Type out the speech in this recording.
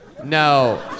No